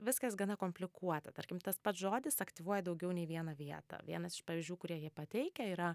viskas gana komplikuota tarkim tas pats žodis aktyvuoja daugiau nei vieną vietą vienas iš pavyzdžių kurie jie pateikia yra